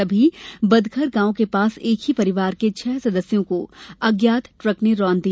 तभी बदखर गांव के पास एक ही परिवार के छह सदस्यों को अज्ञात ट्रक ने रौंद दिया